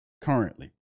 currently